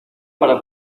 para